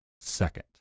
second